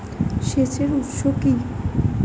সেচের উৎস কি?